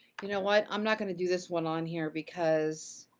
you know what? i'm not gonna do this one on here because